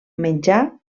menjar